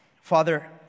Father